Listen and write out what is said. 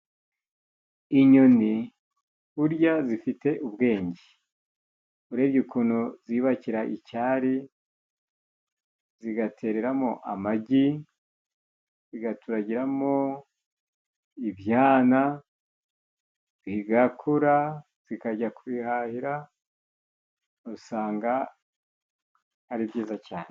Inyoni burya zifite ubwenge. Urebye ukuntu ziyubakira icyari, zigatereramo amagi ,zigaturagiramo ibyana bigakura, zikajya kubihahira, usanga ari byiza cyane.